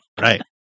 Right